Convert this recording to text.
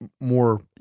more